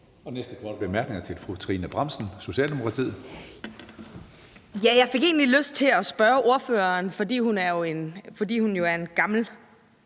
Næste korte bemærkning er til fru Trine Bramsen, Socialdemokratiet. Kl. 15:58 Trine Bramsen (S): Jeg fik egentlig lyst til at spørge ordføreren om noget, fordi hun er en gammel,